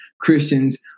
christians